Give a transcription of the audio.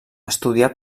estudià